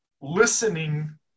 listening